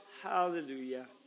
Hallelujah